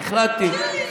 החלטתי.